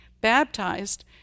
baptized